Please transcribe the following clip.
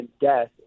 death